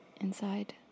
inside